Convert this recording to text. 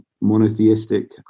monotheistic